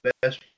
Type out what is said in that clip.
best